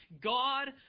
God